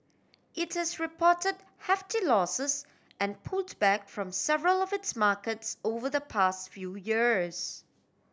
it has reported hefty losses and pulled back from several of its markets over the past few years